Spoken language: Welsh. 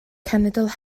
cenedl